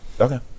Okay